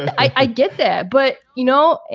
i get that. but, you know,